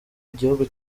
igihugu